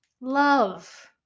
love